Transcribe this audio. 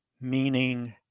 meaning